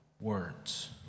words